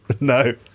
No